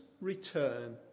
return